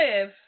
live